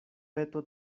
peto